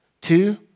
Two